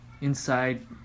inside